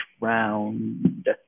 round